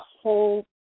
whole